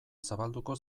zabalduko